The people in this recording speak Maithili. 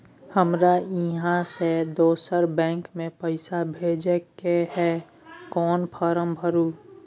हमरा इहाँ से दोसर बैंक में पैसा भेजय के है, कोन फारम भरू?